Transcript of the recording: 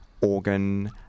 organ